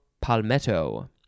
Palmetto